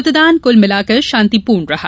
मतदान कुल मिलाकर शांतिपूर्ण रहा